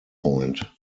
point